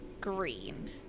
green